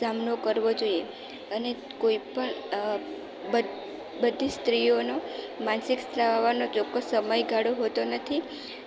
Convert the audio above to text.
સામનો કરવો જોઈએ અને કોઈપણ બ બધી સ્ત્રીઓનો માનસિક સ્ત્રાવ આવવાનો કોઈ ચોક્કસ સમયગાળો હોતો નથી